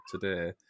today